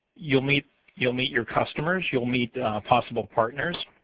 youill meet youill meet your customers, youill meet possible partners,